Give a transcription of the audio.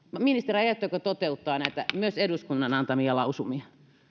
ministeri aiotteko toteuttaa näitä myös eduskunnan antamia lausumia